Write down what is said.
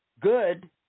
good